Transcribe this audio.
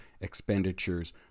expenditures